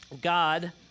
God